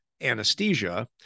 anesthesia